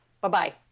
Bye-bye